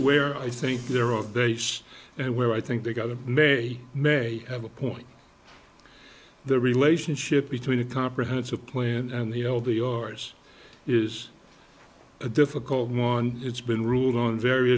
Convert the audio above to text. where i think they're all based and where i think they got it may may have a point the relationship between a comprehensive plan and the all the ores is a difficult one it's been ruled on